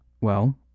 Well